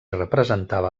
representava